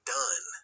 done